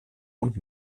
und